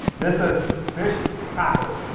this is fish tacos.